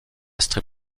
strip